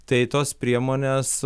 tai tos priemonės